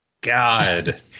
God